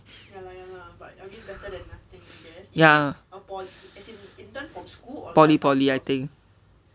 ya poly poly I think